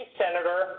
senator